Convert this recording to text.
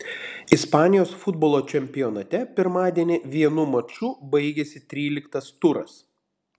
ispanijos futbolo čempionate pirmadienį vienu maču baigėsi tryliktas turas